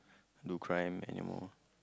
do crime anymore